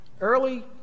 Early